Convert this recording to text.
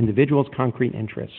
individual's concrete interests